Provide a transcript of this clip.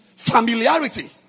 familiarity